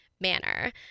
manner